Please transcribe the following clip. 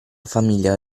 famiglia